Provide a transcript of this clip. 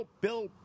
Bill